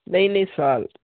ਨਹੀਂ ਨਹੀਂ ਸਾਲ